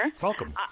Welcome